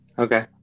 Okay